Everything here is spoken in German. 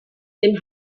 dem